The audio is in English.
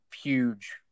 huge